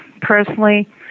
Personally